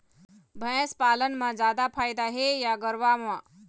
भैंस पालन म जादा फायदा हे या गरवा म?